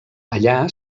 allà